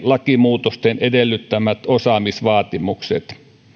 lakimuutosten edellyttämät osaamisvaatimukset